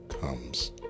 comes